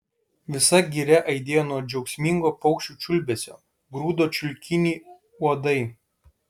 visa giria aidėjo nuo džiaugsmingo paukščių čiulbesio grūdo čiulkinį uodai